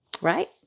Right